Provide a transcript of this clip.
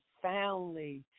profoundly